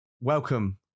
Welcome